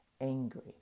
angry